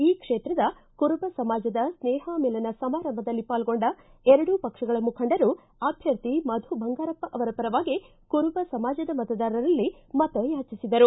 ಈ ಕ್ಷೇತ್ರದ ಕುರುಬ ಸಮಾಜದ ಸ್ನೇಹ ಮಿಲನ ಸಮಾರಂಭದಲ್ಲಿ ಪಾಲ್ಗೊಂಡ ಎರಡೂ ಪಕ್ಷಗಳ ಮುಖಂಡರು ಅಭ್ಯರ್ಥಿ ಮಧು ಬಂಗಾರವ್ಪ ಅವರ ಪರವಾಗಿ ಕುರುಬ ಸಮಾಜದ ಮತದಾರರಲ್ಲಿ ಮತಯಾಚಿಸಿದರು